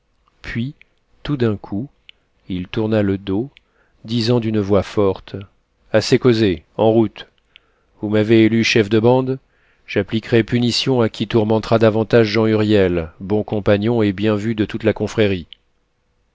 puis tout d'un coup il tourna le dos disant d'une voix forte assez causé en route vous m'avez élu chef de bande j'appliquerai punition à qui tourmentera davantage jean huriel bon compagnon et bien vu de toute la confrérie